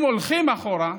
אם הולכים אחורה,